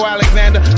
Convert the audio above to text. Alexander